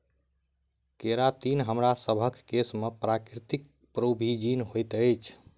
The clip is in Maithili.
केरातिन हमरासभ केँ केश में प्राकृतिक प्रोभूजिन होइत अछि